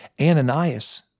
Ananias